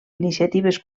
iniciatives